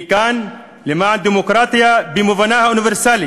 אני כאן למען דמוקרטיה במובנה האוניברסלי